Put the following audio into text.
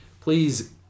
Please